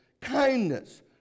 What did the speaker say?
kindness